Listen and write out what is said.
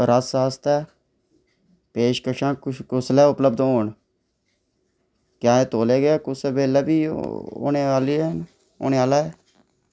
रस आस्तै पेशकशां कुसलै उपलब्ध होङन क्या एह् तौले गै कुसै बेल्लै बी होने आह्ला ऐ